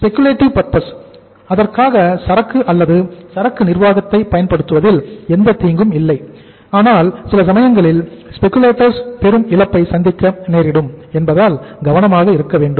speculative purpose பெரும் இழப்பை சந்திக்க நேரிடும் என்பதால் கவனமாக இருக்க வேண்டும்